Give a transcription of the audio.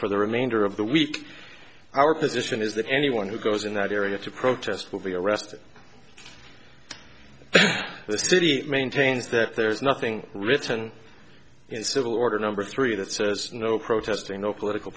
for the remainder of the week our position is that anyone who goes in that area to protest will be arrested the city maintains that there's nothing written in civil order number three that says no protesting no political